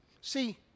See